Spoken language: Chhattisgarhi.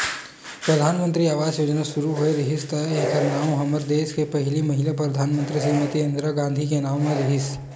परधानमंतरी आवास योजना सुरू होए रिहिस त एखर नांव हमर देस के पहिली महिला परधानमंतरी श्रीमती इंदिरा गांधी के नांव म रिहिस